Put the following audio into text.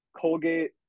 Colgate